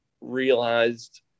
realized